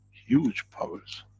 huge powers.